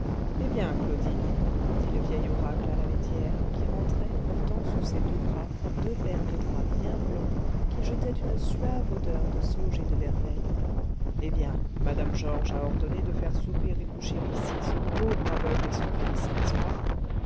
eh bien claudine dit le vieil oracle à la laitière qui rentrait portant sous ses deux bras deux paires de draps bien blancs qui jetaient une suave odeur de sauge et de verveine eh bien mme georges a ordonné de faire souper et coucher ici ce pauvre aveugle et son fils n'est-ce pas